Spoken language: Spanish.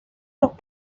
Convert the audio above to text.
los